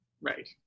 right